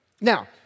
Now